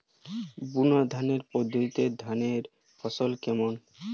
বুনাধানের পদ্ধতিতে ধানের ফলন কেমন?